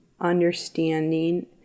understanding